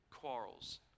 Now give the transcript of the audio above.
quarrels